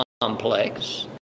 complex